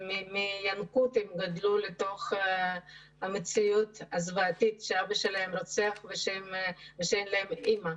שמינקות הם גדלו לתוך המציאות הזוועתית שאבא שלהם רוצח ואין להם אימא.